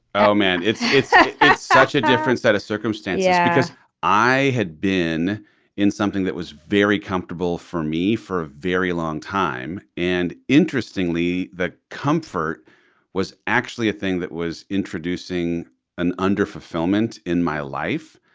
oh, man it's it's such a different set of circumstances yeah because i had been in something that was very comfortable for me for a very long time. and interestingly, the comfort was actually a thing that was introducing an under fulfillment in my life,